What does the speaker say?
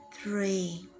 Three